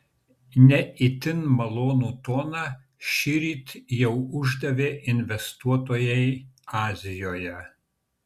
ne itin malonų toną šįryt jau uždavė investuotojai azijoje